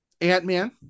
Ant-Man